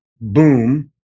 Boom